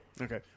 Okay